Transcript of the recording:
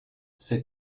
c’est